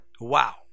Wow